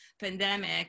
pandemic